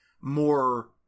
more